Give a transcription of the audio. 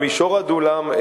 באזור עדולם,